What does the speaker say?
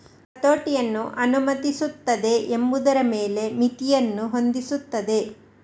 ಹತೋಟಿಯನ್ನು ಅನುಮತಿಸುತ್ತದೆ ಎಂಬುದರ ಮೇಲೆ ಮಿತಿಯನ್ನು ಹೊಂದಿಸುತ್ತದೆ